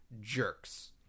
JERKS